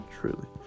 truly